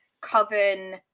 coven